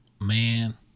Man